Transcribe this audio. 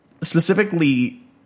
specifically